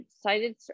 cited